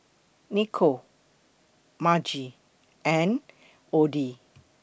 Nikole Margie and Odie